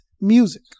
music